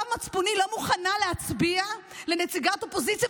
בצו מצפוני לא מוכנה להצביע לנציגת אופוזיציה,